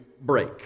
break